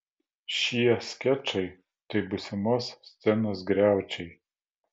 šie skečai tai būsimos scenos griaučiai